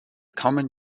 common